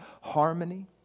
harmony